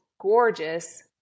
gorgeous